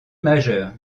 majeur